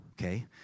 Okay